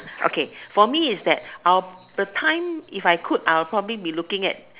okay for me is that I'll the time if I could I will probably be looking at